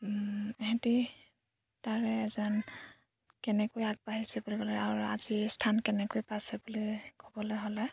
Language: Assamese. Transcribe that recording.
সিহঁতে তাৰে এজন কেনেকৈ আগবাঢ়িছে বুলি ক'লে আৰু আজিৰ স্থান কেনেকৈ পাইছে বুলি ক'বলৈ হ'লে